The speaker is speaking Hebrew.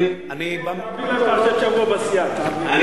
תעביר להם פרשת שבוע בסיעה, תעביר.